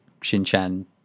Shin-Chan